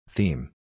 Theme